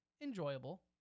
enjoyable